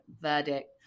verdict